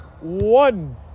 One